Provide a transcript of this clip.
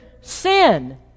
sin